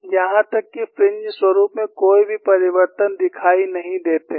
यहां तक कि फ्रिंज स्वरुप में कोई भी परिवर्तन दिखाई नहीं देते हैं